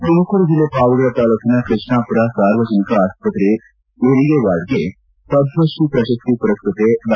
ತುಮಕೂರು ಜಿಲ್ಲೆ ಪಾವಗಡ ತಾಲ್ಲೂಕಿನ ಕೃಷ್ಣಾಪುರ ಸಾರ್ವಜನಿಕ ಆಸ್ಪತ್ರೆಯ ಹೆರಿಗೆ ವಾರ್ಡ್ಗೆ ಪದ್ಧತ್ರೀ ಪ್ರಶಸ್ತಿ ಪುರಸ್ಕತೆ ಡಾ